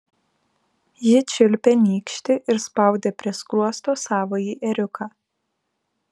ji čiulpė nykštį ir spaudė prie skruosto savąjį ėriuką